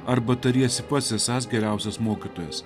arba tariesi pats esąs geriausias mokytojas